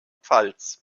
pfalz